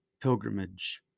pilgrimage